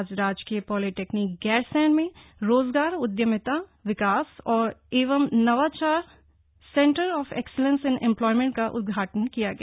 आज राजकीय पॉलीटेक्निक ग्राप्रसैंण में रोजगार उद्यमिता विकास एवं नवाचार centre of excellence in employment का उद्घाटन किया गया